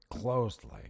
closely